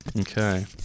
Okay